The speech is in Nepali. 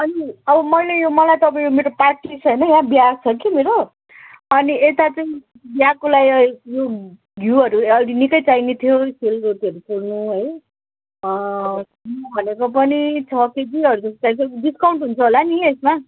अनि अब मैले यो मलाई तपाईँ यो मेरो पार्टी छ होइन यहाँ बिहा छ कि मेरो अनि यता चाहिँ बिहाको लागि यो घिउहरू निकै चाहिने थियो सेलरोटीहरू पोल्नु है नभनेको पनि छ केजीहरू चाहिएको डिस्काउन्ट हुन्छ होला नि यसमा